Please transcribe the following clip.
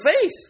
faith